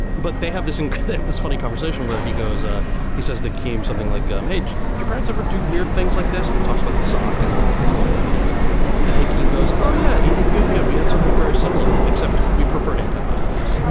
but they have this and they have this funny conversation where he goes. ah he says the keam something like um edge your pants over, do weird things like this and talks about the sock and the the home remedies and thinking goes, oh yeah. in ethiopia we had something very similar, except we preferred antibiotics,